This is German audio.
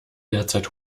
derzeit